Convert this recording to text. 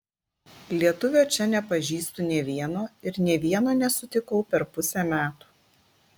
lietuvio čia nepažįstu nė vieno ir nė vieno nesutikau per pusę metų